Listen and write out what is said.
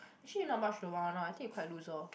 actually not much lobang one lor I think you quite loser